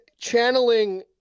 channeling